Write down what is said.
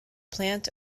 plant